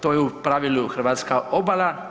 To je u pravilu hrvatska obala.